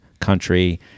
country